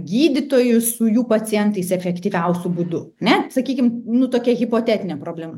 gydytojus su jų pacientais efektyviausiu būdu ane sakykim nu tokia hipotetinė problema